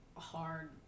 hard